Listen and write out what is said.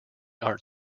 art